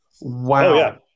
Wow